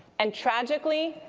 and tragically,